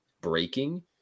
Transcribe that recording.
breaking